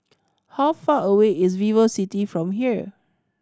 how far away is VivoCity from here